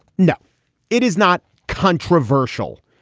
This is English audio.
no it is not controversial.